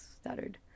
stuttered